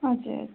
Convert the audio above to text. हजुर हजुर